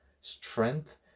strength